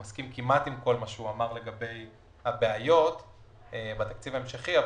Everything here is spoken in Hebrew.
סמוטריץ' לגבי הבעיות בתקציב ההמשכי,